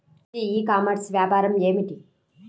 మంచి e commerce వ్యాపారం ఏమిటీ?